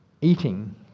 eating